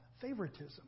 favoritism